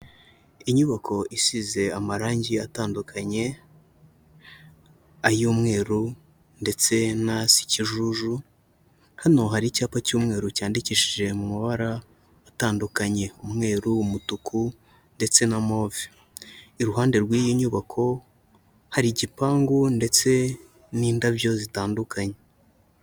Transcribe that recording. Inyubako isize amarangi atandukanye, ay'umweru ndetse n'asa ikijuju, hano hari icyapa cy'umweru cyandikishije mu mabara atandukanye, umweru, umutuku ndetse na move. Iruhande rw'iyi nyubako hari igipangu ndetse n'indabyo zitandukanye.